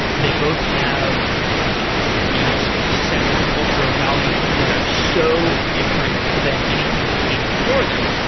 they both have ah these sets of cultural values that are so different than anything that came before them.